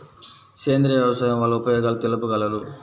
సేంద్రియ వ్యవసాయం వల్ల ఉపయోగాలు తెలుపగలరు?